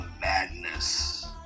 madness